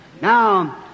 Now